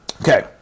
Okay